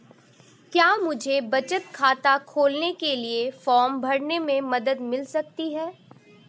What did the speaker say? क्या मुझे बचत खाता खोलने के लिए फॉर्म भरने में मदद मिल सकती है?